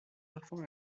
parfois